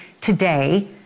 today